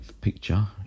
picture